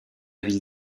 ville